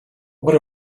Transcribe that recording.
what